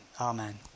Amen